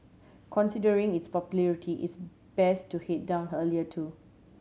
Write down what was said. considering its popularity it's best to head down earlier too